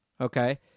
okay